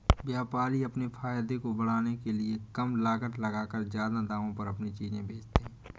व्यापारी अपने फायदे को बढ़ाने के लिए कम लागत लगाकर ज्यादा दामों पर अपनी चीजें बेचते है